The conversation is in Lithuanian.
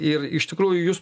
ir iš tikrųjų jus